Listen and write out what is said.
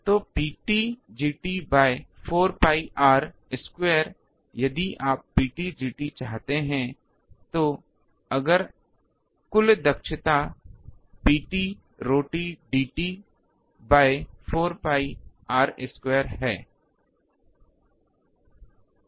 तो Pt Gt द्वारा 4 pi R वर्ग यदि आप Pt Gt चाहते हैं तो अगर कुल दक्षता Pt ρt Dt द्वारा 4 pi R वर्ग है